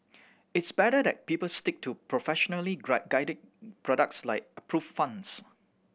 it's better that people stick to professionally guided products like approve funds